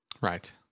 Right